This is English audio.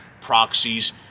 proxies